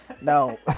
No